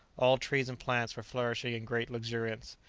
all trees and plants were flourishing in great luxuriance.